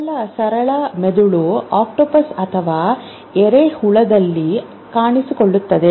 ಮೊದಲ ಸರಳ ಮೆದುಳು ಆಕ್ಟೋಪಸ್ ಅಥವಾ ಎರೆಹುಳದಲ್ಲಿ ಕಾಣಿಸಿಕೊಳ್ಳುತ್ತದೆ